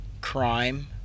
crime